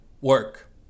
work